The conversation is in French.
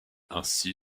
ainsi